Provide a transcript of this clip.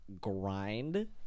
grind